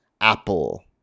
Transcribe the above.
Apple